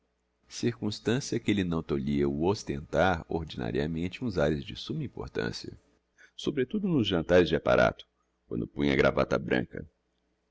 circumstancia que lhe não tolhia o ostentar ordinariamente uns ares de summa importancia sobretudo nos jantares de apparato quando punha a gravata branca